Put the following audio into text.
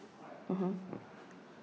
mmhmm